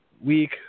week